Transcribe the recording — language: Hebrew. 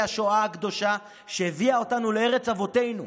השואה הקדושה שהביאה אותנו לארץ אבותינו,